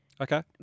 Okay